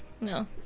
no